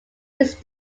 this